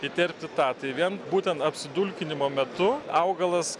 įterpti tą tai vien būtent apsidulkinimo metu augalas